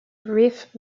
rif